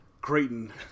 Creighton